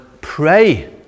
pray